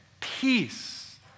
Peace